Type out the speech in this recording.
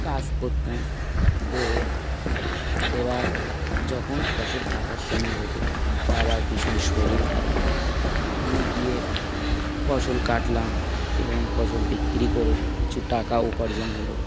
কাজ করতাম করে এবার যখন ফসল কাটার সময় হলো বাবার ভীষণ শরীর খারাপ আমি গিয়ে ফসল কাটলাম এবং ফসল বিক্রি করে কিছু টাকা উপার্জন হলো